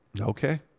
Okay